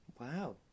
Wow